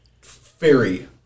fairy